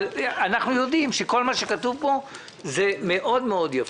אנחנו יודעים שכל מה שכתוב פה הוא מאוד מאוד יפה,